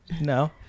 No